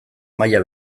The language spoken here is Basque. maila